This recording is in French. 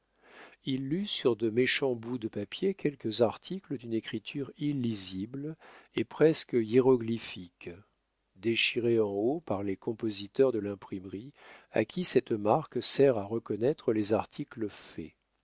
il lut sur de méchants bouts de papier quelques articles d'une écriture illisible et presque hiéroglyphique déchirés en haut par les compositeurs de l'imprimerie à qui cette marque sert à reconnaître les articles faits